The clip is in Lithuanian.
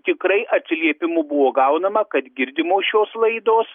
tikrai atsiliepimų buvo gaunama kad girdimos šios laidos